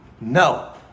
No